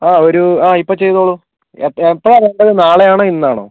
അ ഒരു ഇപ്പോൾ ചെയ്തോളൂ എപ്പോൾ എപ്പോഴാണ് വേണ്ടത് നാളെയാണോ ഇന്നാണോ